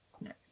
Nice